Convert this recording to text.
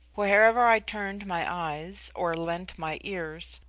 wherever i turned my eyes, or lent my ears,